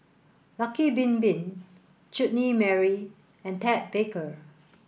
Lucky Bin Bin Chutney Mary and Ted Baker